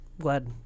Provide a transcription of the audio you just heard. Glad